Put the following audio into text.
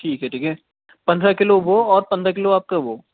ٹھیک ہے ٹھیک ہے پندرہ کلو وہ اور پندرہ کلو آپ کے وہ